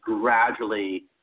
gradually